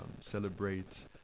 celebrate